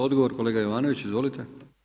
Odgovor kolega Jovanović, izvolite.